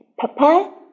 Papa